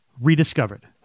rediscovered